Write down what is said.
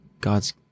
God's